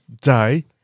Day